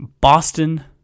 Boston